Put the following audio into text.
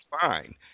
fine